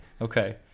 Okay